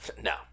No